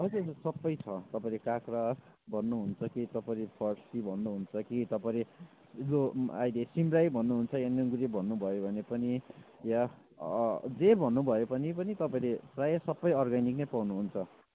हजुर हजुर सबै छ तपाईँले काँक्रा भन्नुहुन्छ कि तपाईँले फर्सी भन्नुहुन्छ कि तपाईँले यो अहिले सिमरायो भन्नुहुन्छ या निगुरो भन्नु भए पनि या जे भन्नुभए पनि पनि तपाईँले प्रायः सबै अर्ग्यानिक नै पाउनुहुन्छ